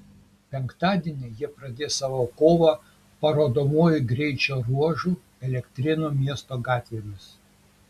penktadienį jie pradės savo kovą parodomuoju greičio ruožu elektrėnų miesto gatvėmis